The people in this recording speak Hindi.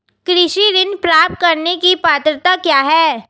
कृषि ऋण प्राप्त करने की पात्रता क्या है?